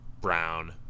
Brown